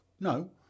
no